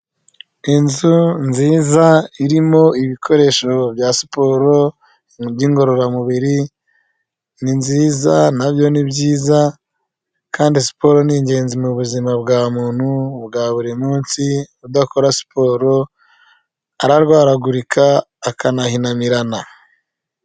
Inzu nziza irimo ibikoresho bya siporo ibintu by'ingorororamubiri ni nziza, na byo ni byiza kandi siporo ni ingenzi mu buzima bwa muntu ubwa buri munsi, udakora siporo ararwaragurika akanahinamirana.